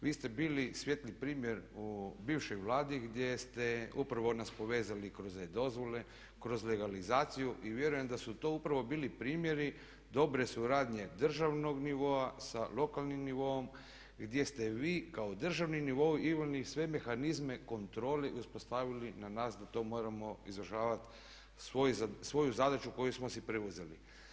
Vi ste bili svijetli primjer u bivšoj Vladi gdje ste upravo nas povezali kroz e-dozvole, kroz legalizaciju i vjerujem da su to upravo bili primjeri dobre suradnje državnog nivoa sa lokalnim nivoom gdje ste vi kao državni nivo imali sve mehanizme kontrole i uspostavili na nas da to moramo izvršavati svoju zadaću koju smo si preuzeli.